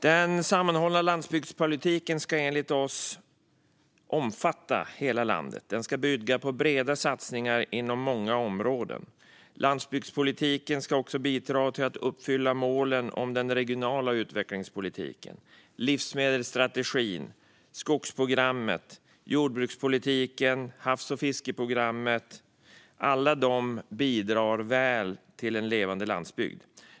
Den sammanhållna landsbygdspolitiken ska enligt oss omfatta hela landet. Den ska bygga på breda satsningar inom många områden. Landsbygdspolitiken ska också bidra till att uppfylla målen för den regionala utvecklingspolitiken. Livsmedelsstrategin, skogsprogrammet, jordbrukspolitiken, havs och fiskeprogrammet - alla bidrar väl till en levande landsbygd.